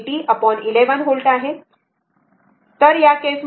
तर हे iS1 8011 volt आहे बरोबर